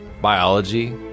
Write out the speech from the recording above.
biology